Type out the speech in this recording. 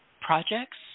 projects